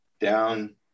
down